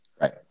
Right